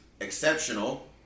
exceptional